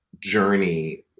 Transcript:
journey